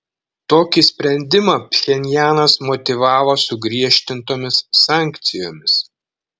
tokį sprendimą pchenjanas motyvavo sugriežtintomis sankcijomis